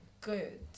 good